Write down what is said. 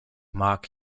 mak